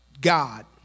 God